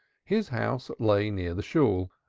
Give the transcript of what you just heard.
his house lay near the shool,